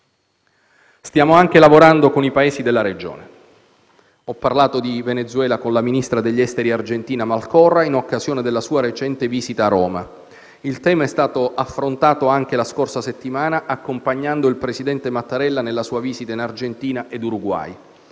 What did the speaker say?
Stiamo anche lavorando con i Paesi della regione. Ho parlato di Venezuela con il ministro degli esteri argentino Susana Malcorra in occasione della sua recente visita a Roma. Il tema è stato affrontato anche la scorsa settimana accompagnando il presidente Mattarella nella sua visita in Argentina e in Uruguay.